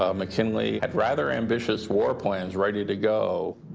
ah mckinley had rather ambitious war plans ready to go